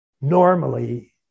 normally